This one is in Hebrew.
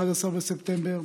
11 בספטמבר,